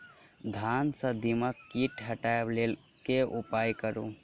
धान सँ दीमक कीट हटाबै लेल केँ उपाय करु?